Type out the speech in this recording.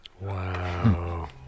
Wow